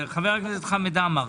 חמד עמאר,